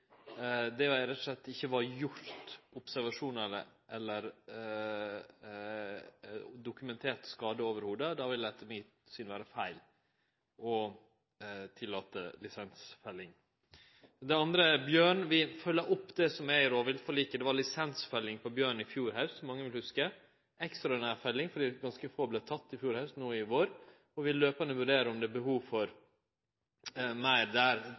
det rett og slett ikkje var gjort observasjon av eller dokumentert skade i det heile. Då vil det etter mitt syn vere feil å tillate lisensfelling. Det andre gjeld bjørn. Vi følgjer opp det som er i rovviltforliket. Det var lisensfelling av bjørn i fjor haust, som mange vil hugse. Det var ekstraordinær felling no i vår fordi ganske få vart tekne i fjor haust, og vi vil løpande vurdere om det er behov for fleire der